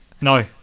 No